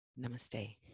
Namaste